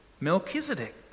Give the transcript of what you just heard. Melchizedek